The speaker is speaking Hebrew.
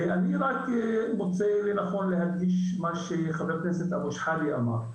ואני רק מוצא לנכון להדגיש את מה שחבר הכנסת אבו שחאדה אמר.